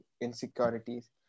insecurities